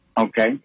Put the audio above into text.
Okay